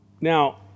now